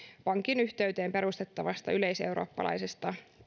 pankin yhteyteen perustettavasta yleiseurooppalaisesta